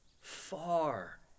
far